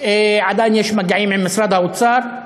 עדיין יש מגעים עם משרד האוצר,